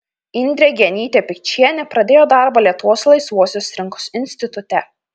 indrė genytė pikčienė pradėjo darbą lietuvos laisvosios rinkos institute